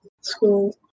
school